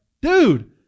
dude